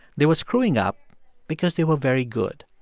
they were screwing up because they were very good,